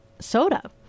soda